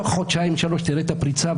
תוך חודשיים שלוש תראה את הפריצה,